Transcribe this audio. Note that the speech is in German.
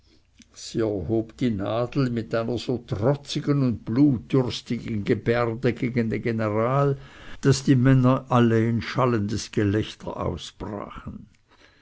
die nadel mit einer so trotzigen und blutdürstigen gebärde gegen den general daß die männer alle in schallendes gelächter ausbrachen